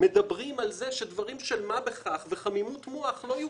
מדברים על זה שדברים של מה בכך וחמימות מוח לא יוכרו.